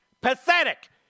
pathetic